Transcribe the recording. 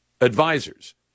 advisors